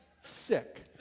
sick